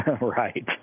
Right